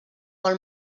vol